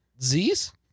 Z's